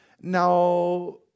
Now